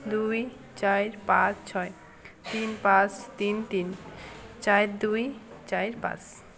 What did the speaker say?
দুই চার পাঁচ ছয় তিন পাঁচ তিন তিন চার দুই চার পাঁচ